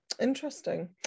Interesting